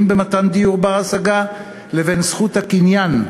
במתן דיור בר-השגה לבין זכות הקניין,